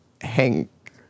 Hank